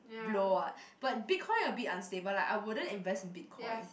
blow what but Bitcoin a bit unstable I wouldn't invest in BitCoin